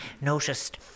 noticed